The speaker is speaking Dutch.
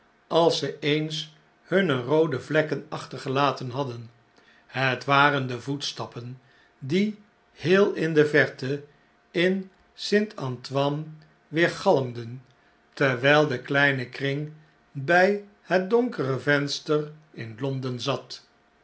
als ze eens hunne roode vlekken achtergelaten hadden het waren de voetstappen die heel in de verte in s t a n t o i n e weergalmden terwgl de kleine kring by het donkere venster in l o